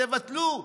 תבטלו,